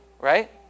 right